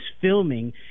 filming